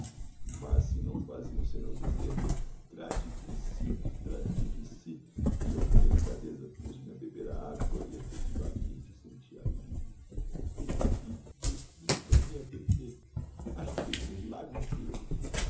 mas se não faziam senão dizer-me trate de si trate de si e eu por delicadeza puz-me a beber a agua e effectivamente senti allivio bebi bebi e tornei a beber acho que bebi um lago inteiro